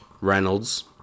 Reynolds